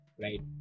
right